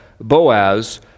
Boaz